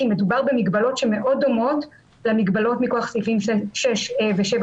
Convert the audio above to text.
מדובר במגבלות שהן מאוד דומות למגבלות מכוח סעיפים 6 ו-7